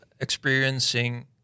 experiencing